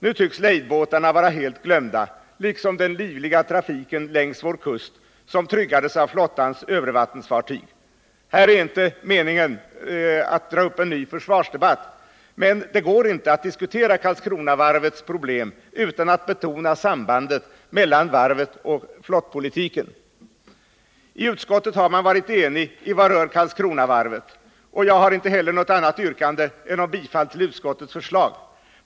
Nu tycks lejdbåtarna vara helt glömda och likaså den livliga trafik längs vår kust som tryggades av flottans övervattensfartyg. Här är ej tid för en ny försvarsdebatt, men det går inte att diskutera Karlskronavarvets problem utan att betona sambandet mellan varvet och flottpolitiken. Utskottet har varit enigt i vad rör Karlskronavarvet, och jag har inte heller något annat yrkande än om bifall till utskottets hemställan.